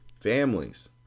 families